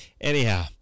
Anyhow